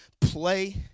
play